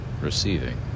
receiving